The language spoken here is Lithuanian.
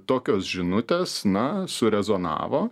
tokios žinutės na su rezonavo